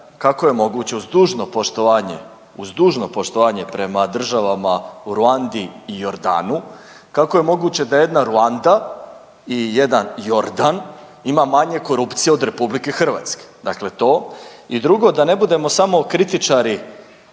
dužno poštovanje, uz dužno poštovanje prema državama u Ruandi i Jordanu, kako je moguće da jedna Ruanda i jedan Jordan ima manje korupcije od RH? Dakle to i drugo da ne budemo samo kritičari